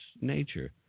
nature